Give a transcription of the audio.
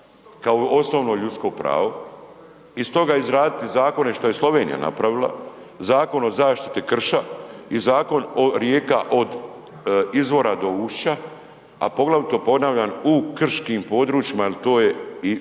kao osnovno ljudsko pravo iz toga izraditi zakone što je Slovenija napravila, Zakon o zaštiti krša i Zakon o rijeka od izvora do ušća, a poglavito ponavljam u krškim područjima jer to je i